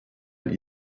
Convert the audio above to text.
gern